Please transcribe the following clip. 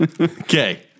Okay